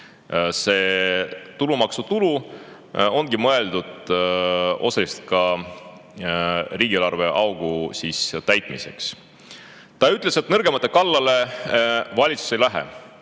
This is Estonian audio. [Sellest saadav] tulu ongi mõeldud osaliselt ka riigieelarve augu täitmiseks. Ta ütles, et nõrgemate kallale valitsus ei lähe.